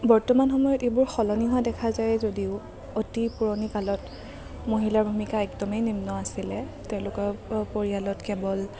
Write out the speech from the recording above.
বৰ্তমান সময়ত এইবোৰ সলনি হোৱা দেখা যায় যদিও অতি পুৰণি কালত মহিলাৰ ভূমিকা একদমেই নিম্ন আছিলে তেওঁলোকৰ পৰিয়ালত কেৱল